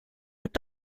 mit